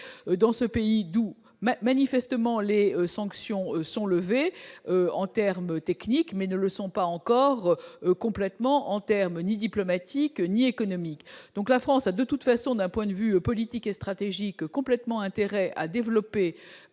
dans ce pays d'où, mais manifestement les sanctions sont levées en termes techniques mais ne le sont pas encore complètement en terme ni diplomatique ni économique, donc la France a de toute façon, d'un point de vue politique et stratégique, complètement intérêt à développer